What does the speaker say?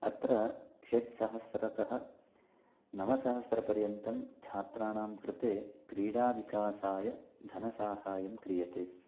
अत्र षट्सहस्रतः नवसहस्रपर्यन्तं छात्राणां कृते क्रीडाविकासाय धनसाहाय्यं क्रियते